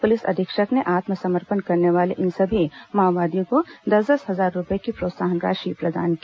police अधीक्षक ने आत्मसमर्पण करने वाले इन सभी माओवादियों को दस दस हजार रूपये की प्रोत्साहन राशि प्रदान की